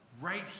right